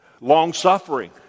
long-suffering